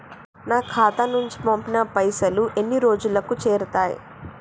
నా ఖాతా నుంచి పంపిన పైసలు ఎన్ని రోజులకు చేరుతయ్?